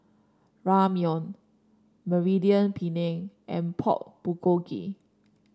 Ramyeon Mediterranean Penne and Pork Bulgogi